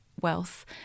wealth